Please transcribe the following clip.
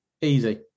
Easy